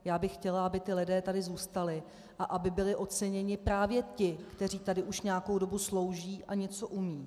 Já bych chtěla, aby ti lidé tady zůstali a aby byli oceněni právě ti, kteří tady už nějakou dobu slouží a něco umějí.